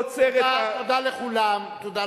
תודה לכולם.